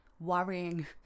worrying